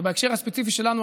ובהקשר הספציפי שלנו,